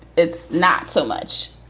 it's not so much.